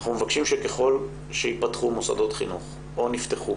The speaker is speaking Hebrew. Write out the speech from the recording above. אנחנו מבקשים שככל שייפתחו מוסדות חינוך או נפתחו